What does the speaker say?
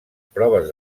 proves